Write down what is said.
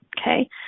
Okay